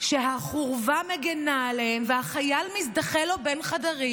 שהחורבה מגינה עליהם, והחייל מזדחל לו בין חדרים.